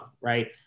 Right